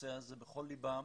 ובכל ליבם